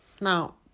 Now